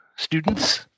students